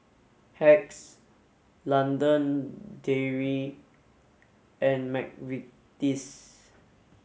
Hacks London Dairy and McVitie's